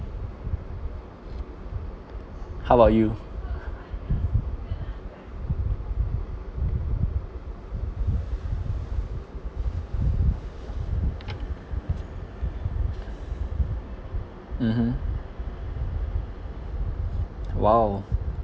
how about you mmhmm !wow!